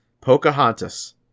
Pocahontas